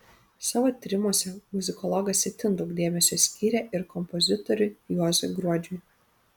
savo tyrimuose muzikologas itin daug dėmesio skyrė ir kompozitoriui juozui gruodžiui